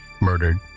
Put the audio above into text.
murdered